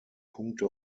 punkte